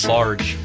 large